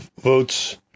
votes